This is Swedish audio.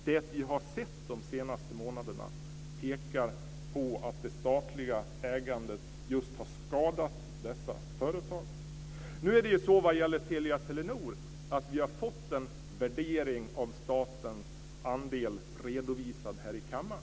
Det vi har sett de senaste månaderna pekar på att det statliga ägandet har skadat dessa företag. När det gäller Telia-Telenor har vi fått en värdering av statens andel redovisad här i kammaren.